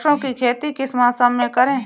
सरसों की खेती किस मौसम में करें?